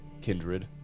kindred